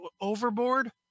Overboard